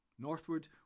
Northward